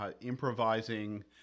improvising